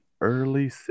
early